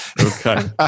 Okay